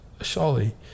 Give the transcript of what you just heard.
surely